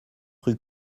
rue